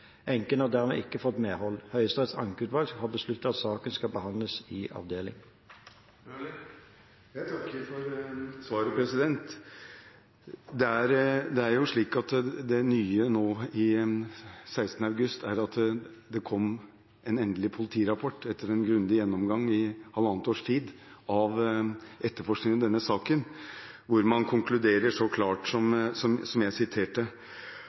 har dermed ikke fått medhold. Høyesteretts ankeutvalg har besluttet at saken skal behandles i avdeling. Jeg takker for svaret. Det nye nå er at det den 9. august kom en endelig politirapport etter en grundig gjennomgang i løpet av halvannet års tid av etterforskningen i denne saken, hvor man konkluderer så klart som det jeg siterte.